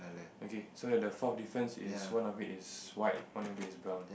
okay so the fourth difference is one of it is white one of it is brown